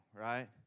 right